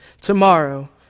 Tomorrow